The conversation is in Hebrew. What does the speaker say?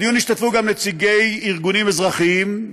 בדיון השתתפו גם נציגי ארגונים אזרחיים.